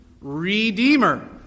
redeemer